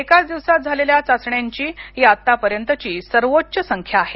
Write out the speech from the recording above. एकाच दिवसात झालेल्या चाचण्यांची ही आतापर्यंतची सर्वोच्च संख्या आहे